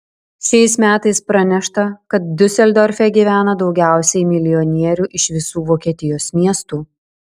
šiais metais pranešta kad diuseldorfe gyvena daugiausiai milijonierių iš visų vokietijos miestų